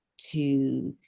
to